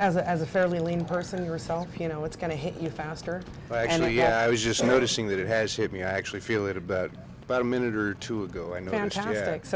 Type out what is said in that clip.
as a as a fairly lean person yourself you know what's going to hit you faster and yeah i was just noticing that it has hit me i actually feel it about a minute or two ago and